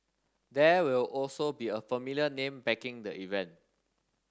there will also be a familiar name backing the event